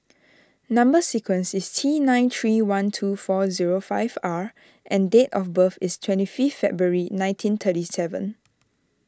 Number Sequence is T nine three one two four zero five R and date of birth is twenty fifth February nineteen thirty seven